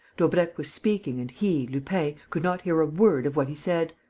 daubrecq was speaking and he, lupin, could not hear a word of what he said!